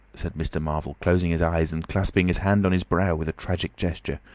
said mr. marvel, closing his eyes and clasping his hand on his brow with a tragic gesture.